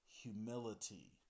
humility